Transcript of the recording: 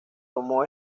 tomó